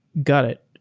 got it.